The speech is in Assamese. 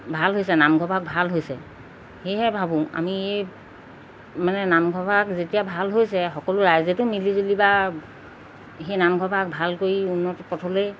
ভাল হৈছে নামঘৰ ভাগ ভাল হৈছে সেয়েহে ভাবোঁ আমি এই মানে নামঘৰ ভাগ যেতিয়া ভাল হৈছে সকলো ৰাইজেতো মিলিজুলি বা সেই নামঘৰ ভাগ ভাল কৰি উন্নত পথলেই